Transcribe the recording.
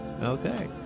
Okay